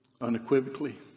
Unequivocally